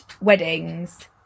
weddings